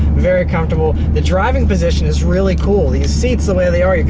very comfortable. the driving position is really cool. these seats, the way they are,